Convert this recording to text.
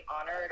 honored